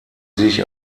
sich